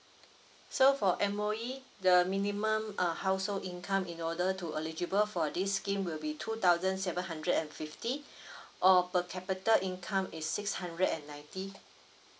so for M_O_E the minimum uh household income in order to eligible for this scheme will be two thousand seven hundred and fifty or per capital income is six hundred and ninety